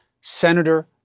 Senator